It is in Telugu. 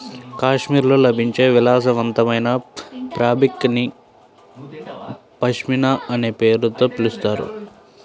కాశ్మీర్లో లభించే విలాసవంతమైన ఫాబ్రిక్ ని పష్మినా అనే పేరుతో పిలుస్తారు